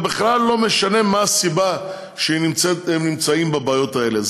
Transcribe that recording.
ובכלל לא משנה מה הסיבה שהם נמצאים בבעיות האלה.